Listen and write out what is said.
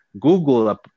Google